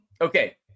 okay